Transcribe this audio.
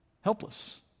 Helpless